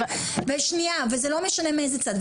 וזה לא משנה מאיזה צד.